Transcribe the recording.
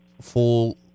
full